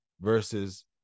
versus